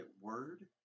word